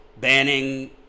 banning